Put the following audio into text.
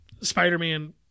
Spider-Man